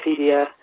Wikipedia